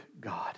God